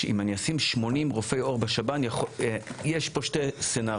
אם אני אשים 80 רופאי עור בשב"ן יש פה שני סנריו.